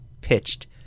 pitched